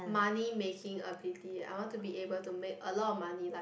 money making ability I want to be able to make a lot of money like